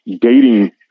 dating